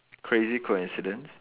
crazy coincidence